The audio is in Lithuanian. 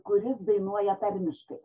kuris dainuoja tarmiškai